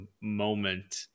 moment